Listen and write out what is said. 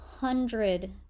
hundred